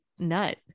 Nut